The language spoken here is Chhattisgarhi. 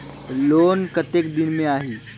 लोन कतेक दिन मे आही?